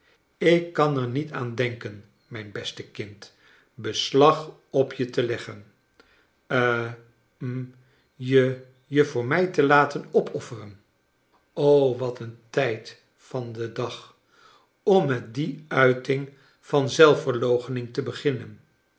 ik kan er niet aan denken mijn beste kind beslag op je te leggen ha hm je je voor mij te laten opofferen wat een tijd van den dag om met die uiting van zelfverloochening te beginnen